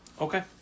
Okay